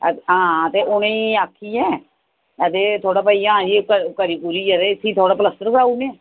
हां ते उ'नेंगी आक्खियै अदे थोह्ड़ा भाइया एह् करी करुयै ते इसी थोह्ड़ा प्लस्तर कराउने